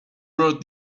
wrote